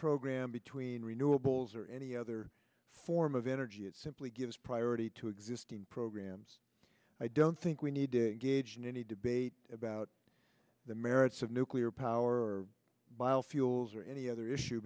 program between renewables or any other form of energy it simply gives priority to existing programs i don't think we need to engage in any debate about the merits of nuclear power or biofuels or any other issue